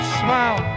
smile